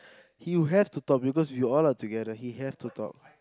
he'll have to talk because we're all together he have to talk